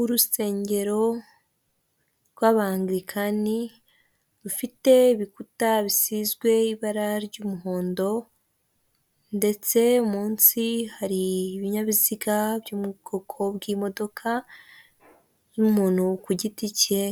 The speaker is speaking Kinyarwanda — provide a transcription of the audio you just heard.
Urusengero rw'abangirikani, rufite ibikuta bisizwe ibara ry'umuhondo ndetse munsi hari ibinyabiziga byo mu bwoko bw'imodoka y'umuntu ku giti cye